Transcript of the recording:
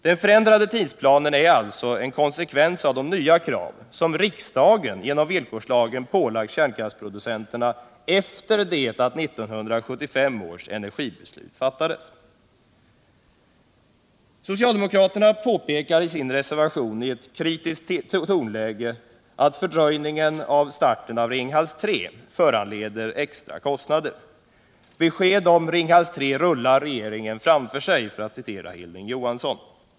Den förändrade tidsplanen är alltså en konsekvens av de nya krav som riksdagen genom villkorslagen har pålagt kärnkraftsproducenterna efter det att 1975 års energibeslut fattades. Socialdemokraterna påpekar i sin resevation i kritiskt tonläge att fördröjningen av starten av Ringhals 3 föranleder extra kostnader. Beskedet om Ringhals 3 rullar regeringen framför sig, säger Hilding Johansson.